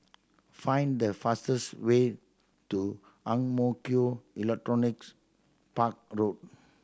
find the fastest way to Ang Mo Kio Electronics Park Road